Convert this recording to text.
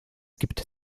gibt